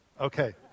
Okay